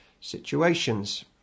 situations